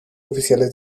oficiales